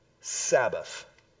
Sabbath